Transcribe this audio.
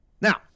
now